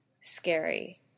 scary